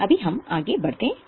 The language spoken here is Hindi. अभी हम आगे बढ़ते हैं